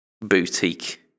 boutique